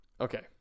Okay